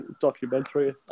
documentary